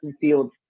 Fields